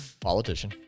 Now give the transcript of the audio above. politician